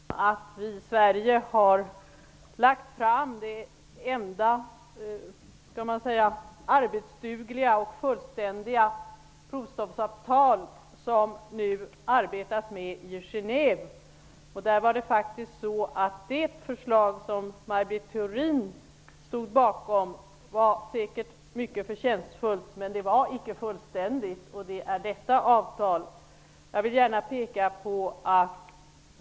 Herr talman! Jag vill gärna ta tillfället i akt att säga något gott om regeringens icke-spridnings och nedrustningspolitik efter Maj Britt Theorins inlägg. Jag kan peka på det faktum att vi i Sverige har lagt fram det enda arbetsdugliga och fullständiga förslag till provstoppsavtal som nu arbetas med i Genève. Det förslag som Maj Britt Theorin stod bakom var säkert mycket förtjänstfullt, men det var icke fullständigt, och det är detta avtal.